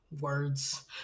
Words